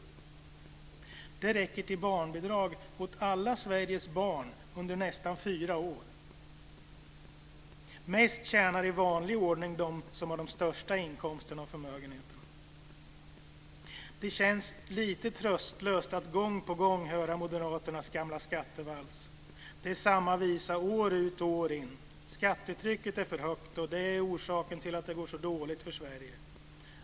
Det räcker till barnbidrag åt alla Sveriges barn i nästan fyra års tid. Mest tjänar i vanlig ordning de som har de största inkomsterna och förmögenheterna. Det känns lite tröstlöst att gång på gång höra moderaternas gamla skattevals. Det är samma visa år ut och år in: Skattetrycket är för högt, och det skulle vara orsaken till att det går så dåligt för Sverige.